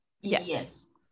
Yes